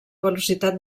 velocitat